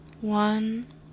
one